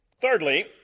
Thirdly